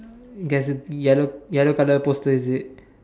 there's a yellow yellow color poster is it